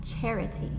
charity